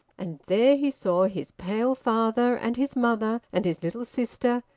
and there he saw his pale father and his mother, and his little sister,